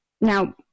Now